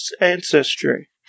ancestry